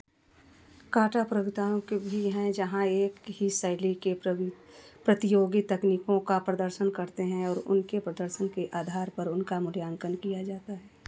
काँटा प्रगताओं भी हैं जहाँ एक ही शैली के प्रवी प्रतियोगी तकनीकों का प्रदर्शन करते हैं और उनके प्रदर्शन के अधार पर उनका मूल्यांकन किया जाता है